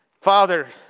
Father